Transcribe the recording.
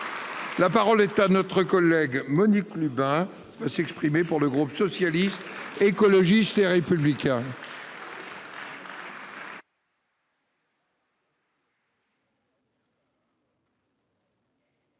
La parole est à notre collègue Monique Lubin s'exprimer pour le groupe socialiste, écologiste et républicain.